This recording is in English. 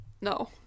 No